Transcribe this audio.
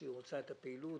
שהיא רוצה את הפעילות,